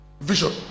vision